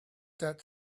that